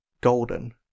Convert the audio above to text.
golden